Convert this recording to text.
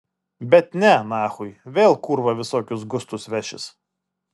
bet ne nachui vėl kurva visokius gustus vešis